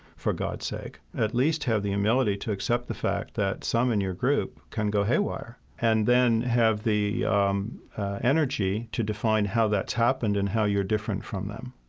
for god's sake, at least have the humility to accept the fact that some in your group can go haywire and then have the um energy to define how that's happened and how you're different from them.